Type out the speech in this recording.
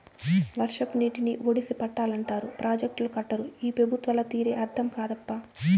వర్షపు నీటిని ఒడిసి పట్టాలంటారు ప్రాజెక్టులు కట్టరు ఈ పెబుత్వాల తీరే అర్థం కాదప్పా